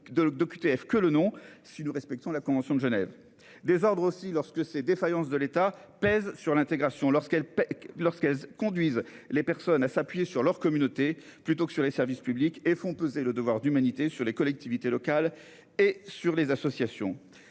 que le nom si nous respectons la Convention de Genève désordre aussi lorsque ces défaillances de l'État pèsent sur l'intégration lorsqu'elles. Lorsqu'elles conduisent les personnes à s'appuyer sur leur communauté plutôt que sur les services publics et font peser le devoir d'humanité sur les collectivités locales et sur les associations.